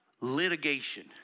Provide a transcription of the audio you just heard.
litigation